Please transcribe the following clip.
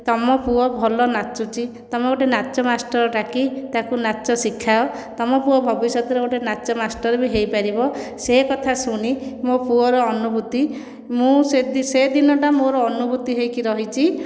ତୁମ ପୁଅ ଭଲ ନାଚୁଛି ତୁମେ ଗୋଟିଏ ନାଚ ମାଷ୍ଟର ଡାକି ତାକୁ ନାଚ ଶିଖାଅ ତୁମ ପୁଅ ଭବିଷ୍ୟତରେ ଗୋଟିଏ ନାଚ ମାଷ୍ଟର ବି ହୋଇପାରିବ ସେ କଥା ଶୁଣି ମୋ ପୁଅର ଅନୁଭୂତି ମୁଁ ସେ ଦିନ ସେ ଦିନଟା ମୋର ଅନୁଭୂତି ହୋଇକି ରହିଛି